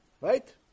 Right